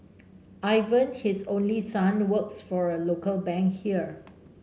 Ivan his only son works for a local bank here